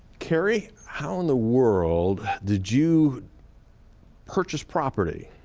cary, how in the world did you purchase property,